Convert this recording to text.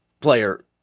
player